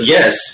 Yes